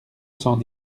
cent